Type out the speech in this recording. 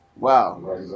Wow